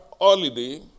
holiday